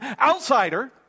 outsider